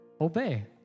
obey